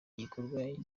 gikorwa